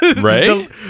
right